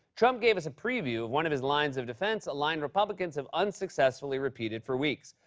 trump gave us a preview of one of his lines of defense, a line republicans have unsuccessfully repeated for weeks.